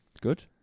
Good